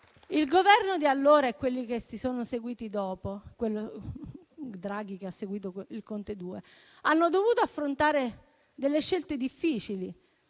Il Governo di allora e quelli che sono seguiti dopo - il Governo Draghi che ha seguito il Conte 2 - hanno dovuto affrontare scelte difficili